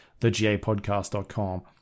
thegapodcast.com